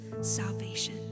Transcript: salvation